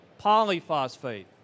polyphosphate